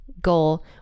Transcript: goal